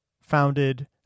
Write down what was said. founded